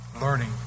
learning